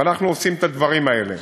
ואנחנו עושים את הדברים האלה.